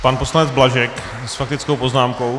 Pan poslanec Blažek s faktickou poznámkou.